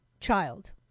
child